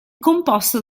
composto